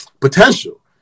potential